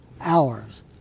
hours